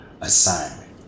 assignment